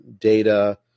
data